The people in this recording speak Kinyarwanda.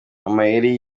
amayeri